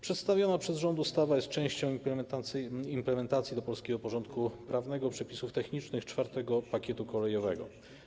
Przedstawiona przez rząd ustawa jest częścią implementacji do polskiego porządku prawnego przepisów technicznych IV pakietu kolejowego.